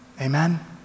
amen